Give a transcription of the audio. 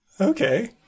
Okay